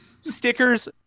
stickers